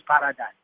paradigm